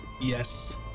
Yes